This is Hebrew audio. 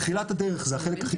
בתחילת הדרך זה החלק הכי